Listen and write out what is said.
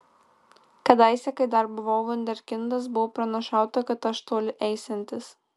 kadaise kai dar buvau vunderkindas buvo pranašauta kad aš toli eisiantis